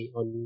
on